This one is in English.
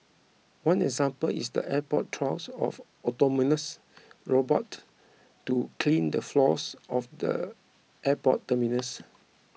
one example is the airport's trials of autonomous robots to clean the floors of the airport terminals